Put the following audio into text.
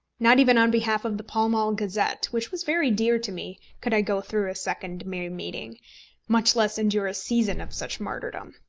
not even on behalf of the pall mall gazette, which was very dear to me, could i go through a second may meeting much less endure a season of such martyrdom.